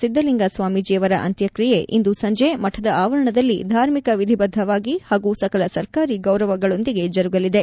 ಸಿದ್ದಲಿಂಗಸ್ವಾಮೀಜಿಯವರ ಅಂತ್ಯಕ್ಷರಿಯೆ ಇಂದು ಸಂಜೆ ಮಠದ ಅವರಣದಲ್ಲಿ ಧಾರ್ಮಿಕ ವಿಧಿಬದ್ದವಾಗಿ ಹಾಗೂ ಸಕಲ ಸರ್ಕಾರಿ ಗೌರವಗಳೊಂದಿಗೆ ಜರುಗಲಿದೆ